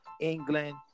England